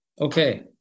Okay